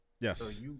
Yes